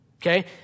Okay